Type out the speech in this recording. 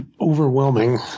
overwhelming